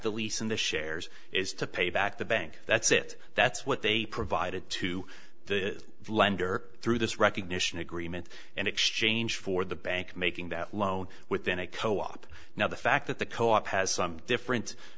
the lease and the shares is to pay back the bank that's it that's what they provided to the lender through this recognition agreement and exchange for the bank making that loan within a co op now the fact that the co op has some differen